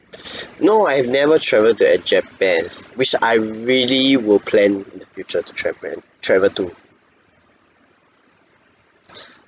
no I've never travelled to at japan's which I really will plan in the future to travel and travel to